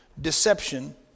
Deception